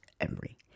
Emery